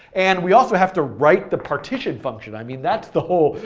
and we also have to write the partition function. i mean that's the whole,